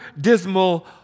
dismal